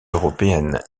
européennes